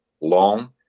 long